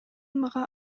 мага